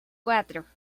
cuatro